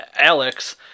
Alex